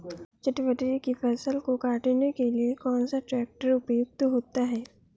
चटवटरी की फसल को काटने के लिए कौन सा ट्रैक्टर उपयुक्त होता है?